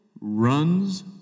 runs